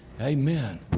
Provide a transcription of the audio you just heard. Amen